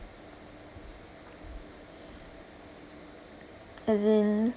as in